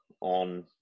on